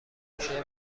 گوشه